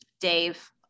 Dave